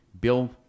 Bill